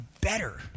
better